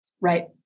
Right